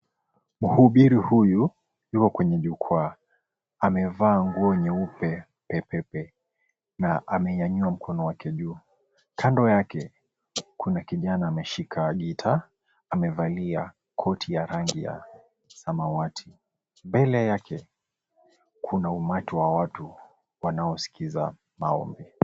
Mhubiri huyu yuko kwenye jukwaa. Amevaa nguo nyeupe pepepe na amenyanyua mkono wake juu kando yake kuna kijana ameshika gitaa, amevalia koti ya rangi ya samawati. Mbele yake kuna umati wa watu wanaoskiza maombi.